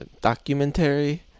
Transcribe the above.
documentary